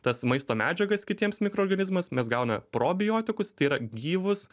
tas maisto medžiagas kitiems mikroorganizmams mes gauname probiotikus tai yra gyvus